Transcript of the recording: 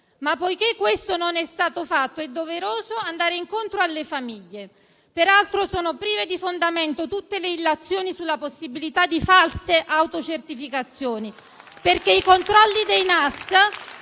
però questo non è stato fatto, è doveroso andare incontro alle famiglie. Peraltro, sono prive di fondamento tutte le illazioni sulla possibilità di false autocertificazioni, perché i controlli dei NAS